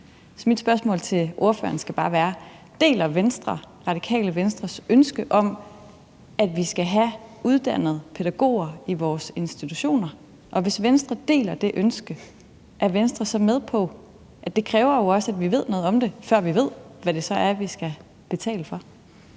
Så mit spørgsmål til ordføreren skal bare være: Deler Venstre Radikale Venstres ønske om, at vi skal have uddannet pædagoger i vores institutioner? Og hvis Venstre deler det ønske, er Venstre så med på, at det også kræver, at vi ved noget om det, før vi kan vide, hvad det så er, vi skal betale for?